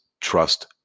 Trust